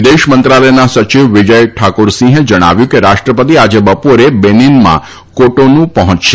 વિદેશ મંત્રાલયના સચિવ વિજય ઠાકુરસિંહે જણાવ્યું છે કે રાષ્ટ્રપતિ આજે બપોરે બેનીનમાં કોટોનું પહોંચશે